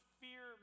fear